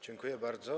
Dziękuję bardzo.